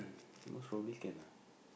most probably can ah